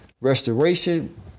restoration